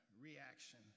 reaction